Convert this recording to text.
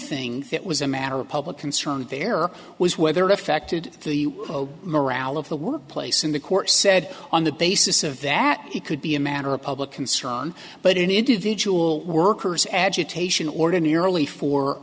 thing that was a matter of public concern there was whether affected the morale of the workplace in the court said on the basis of that he could be a matter of public concern but in individual workers agitation ordinarily for